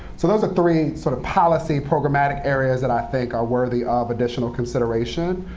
so those are three sort of policy, programmatic areas that i think are worthy of additional consideration.